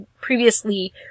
previously